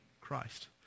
Christ